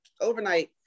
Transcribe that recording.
overnight